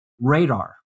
Radar